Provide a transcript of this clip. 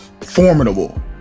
formidable